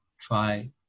try